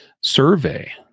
survey